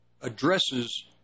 addresses